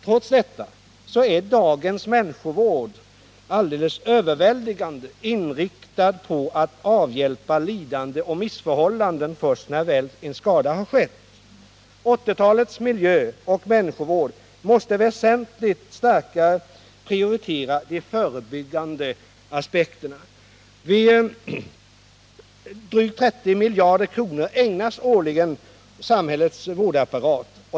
Trots detta är dagens människovård alldeles överväldigande inriktad på att avhjälpa lidande och missförhållanden först när skadan är skedd. 1980-talets miljöoch människovård måste väsentligt starkare prioritera de förebyggande aspekterna. Drygt 30 miljarder kronor ägnas årligen samhällets vårdapparat.